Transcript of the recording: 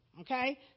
okay